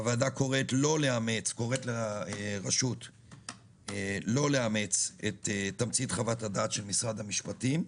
הוועדה קוראת לרשות לא לאמץ את תמצית חוות הדעת של משרד המשפטים.